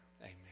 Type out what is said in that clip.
Amen